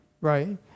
Right